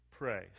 pray